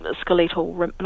skeletal